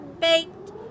baked